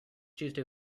tuesday